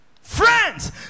Friends